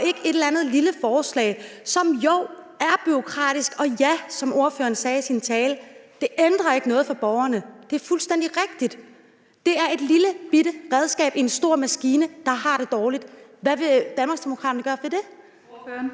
ikke et eller andet lille forslag, som ja, er bureaukratisk og, som ordføreren sagde i sin tale, ikke ændrer noget for borgerne. Det er fuldstændig rigtigt. Det er et lillebitte redskab i en stor maskine, der har det dårligt. Hvad vil Danmarksdemokraterne gøre ved det?